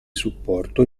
supporto